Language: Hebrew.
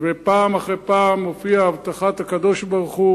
ופעם אחר פעם מופיעה הבטחת הקדוש-ברוך-הוא